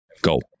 Go